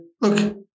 look